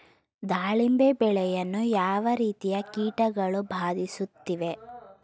ದಾಳಿಂಬೆ ಬೆಳೆಯನ್ನು ಯಾವ ರೀತಿಯ ಕೀಟಗಳು ಬಾಧಿಸುತ್ತಿವೆ?